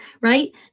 right